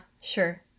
sure